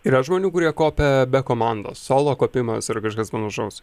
yra žmonių kurie kopia be komandos solo kopimas ar kažkas panašaus